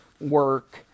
work